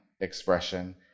expression